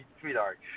sweetheart